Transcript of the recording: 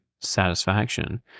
satisfaction